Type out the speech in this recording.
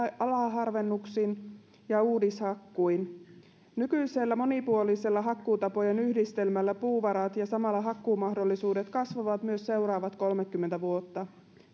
alaharvennuksin ja uudishakkuin nykyisellä monipuolisella hakkuutapojen yhdistelmällä puuvarat ja samalla hakkuumahdollisuudet kasvavat myös seuraavat kolmekymmentä vuotta